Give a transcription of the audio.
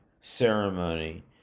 ceremony